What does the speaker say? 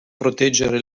proteggere